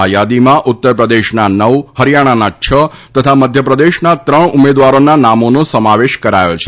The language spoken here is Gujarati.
આ યાદીમાં ઉત્તર પ્રદેશના નવ હરિયાણાના છ તથા મધ્યપ્રદેશના ત્રણ ઉમેદવારોના નામોનો સમાવેશ કરાયો છે